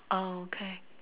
oh okay